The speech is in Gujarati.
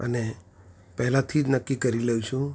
અને પહેલાથી જ નક્કી કરી લઉં છું